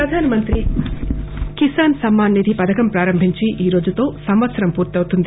ప్రధానమంత్రి కిసాన్ సమ్మాన్ నిధి పథకం ప్రారంభించి ఈరోజుతో సంవత్సరం పూర్తి అవుతుంది